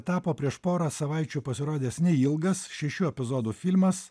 tapo prieš porą savaičių pasirodęs neilgas šešių epizodų filmas